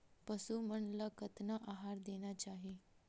पशु मन ला कतना आहार देना चाही?